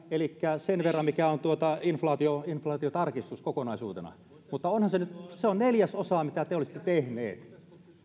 elikkä sen verran mikä on inflaatiotarkistus kokonaisuutena se on neljäsosa siitä mitä te olisitte tehneet